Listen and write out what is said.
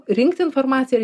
rinkti informaciją ir